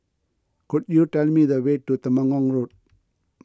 could you tell me the way to Temenggong Road